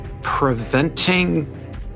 Preventing